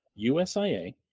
USIA